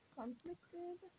conflicted